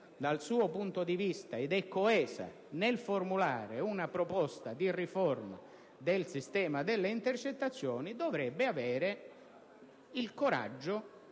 dal suo punto di vista è pronta ed è coesa nel formulare una proposta di riforma del sistema delle intercettazioni, dovrebbe avere il coraggio